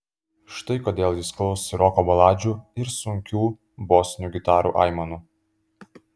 štai kodėl jis klausosi roko baladžių ir sunkių bosinių gitarų aimanų